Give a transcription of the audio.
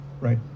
right